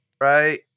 Right